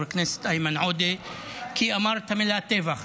הכנסת איימן עודה כי הוא אמר את המילה "טבח".